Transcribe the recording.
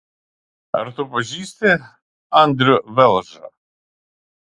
ar tu pažįsti andrių velžą